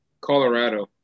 Colorado